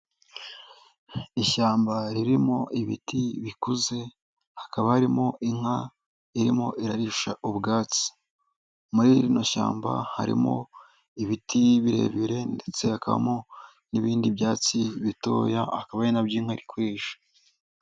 Ishyamba ririmo ibiti bikuze, hakaba harimo inka irimo irarisha ubwatsi. Muri rino shyamba harimo ibiti birebire ndetse hakabamo n'ibindi byatsi bitoya, akaba ari nabyo inka iri kurisha.